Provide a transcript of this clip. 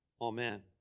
amen